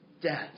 death